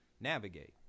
navigate